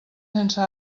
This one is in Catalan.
sense